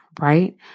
Right